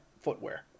footwear